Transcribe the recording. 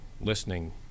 listening